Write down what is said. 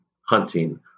hunting